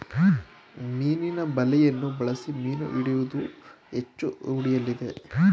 ಮೀನಿನ ಬಲೆಯನ್ನು ಬಳಸಿ ಮೀನು ಹಿಡಿಯುವುದು ಹೆಚ್ಚು ರೂಢಿಯಲ್ಲಿದೆ